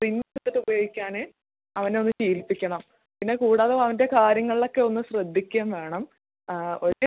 print എടുത്ത് ഉപയോഗിക്കാൻ അവൻ അത് ശീലിപ്പിക്കണം പിന്നെ കൂടാതെ അവൻ്റെ കാര്യങ്ങളിൽ ഒക്കെയൊന്ന് ശ്രദ്ധിക്കുകയും വേണം ആ ഒരു